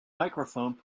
microphone